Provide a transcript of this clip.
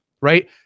right